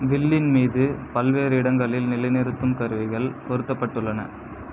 வில்லின் மீது பல்வேறு இடங்களில் நிலைநிறுத்தும் கருவிகள் பொருத்தப்பட்டுள்ளன